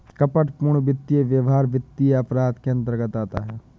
कपटपूर्ण वित्तीय व्यवहार वित्तीय अपराध के अंतर्गत आता है